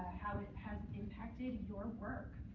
how it has impacted your work.